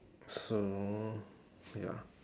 so ya